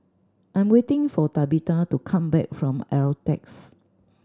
I am waiting for Tabetha to come back from Altez